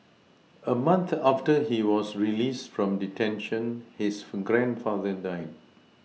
a month after he was released from detention his grandfather died